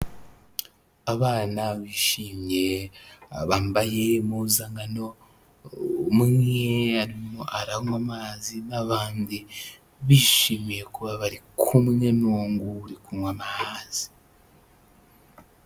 Abana bishimye bambaye impuzankano, umwe aranywa amazi n'abandi bishimiye kuba bari kumwe n'uwo nguwo uri kunywa amazi.